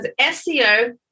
SEO